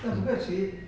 mm